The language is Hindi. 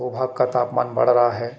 भू भाग का तापमान बढ़ रहा है